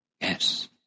Yes